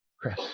Chris